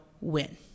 win